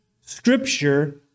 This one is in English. Scripture